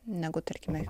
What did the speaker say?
negu tarkime